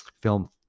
film